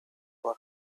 were